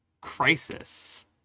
crisis